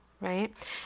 right